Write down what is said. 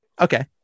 Okay